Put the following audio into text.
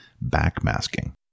back-masking